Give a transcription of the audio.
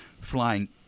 flying